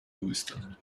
lewiston